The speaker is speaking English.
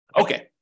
Okay